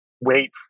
wait